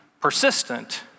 persistent